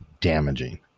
damaging